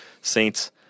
Saints